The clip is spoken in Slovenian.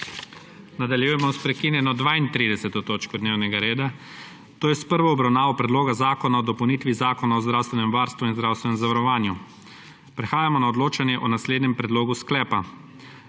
Nadaljujemo s prekinjeno 32. točko dnevnega reda, to je s prvo obravnavo Predloga zakona o dopolnitvi Zakona o zdravstvenem varstvu in zdravstvenem zavarovanju. Prehajamo na odločanje o naslednjem predlogu sklepa: